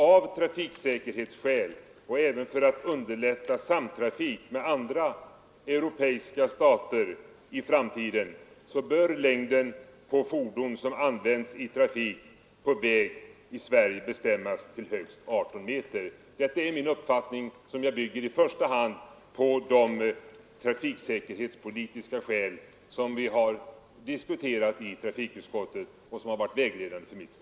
Av trafiksäkerhetsskäl och även för att underlätta samtrafik med andra europeiska länder i framtiden bör längden på fordon som används i trafik på svensk väg bestämmas till högst 18 meter. Detta är min uppfattning, som jag bygger i första hand på de trafiksäkerhetspolitiska skäl som vi har diskuterat i trafikutskottet.